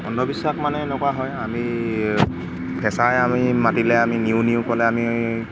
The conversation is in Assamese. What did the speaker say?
অন্ধবিশ্বাস মানে এনেকুৱা হয় আমি ফেঁচাই আমি মাতিলে আমি নিউ নিউ ক'লে আমি